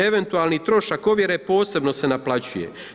Eventualni trošak ovjere posebno se naplaćuje.